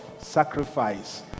sacrifice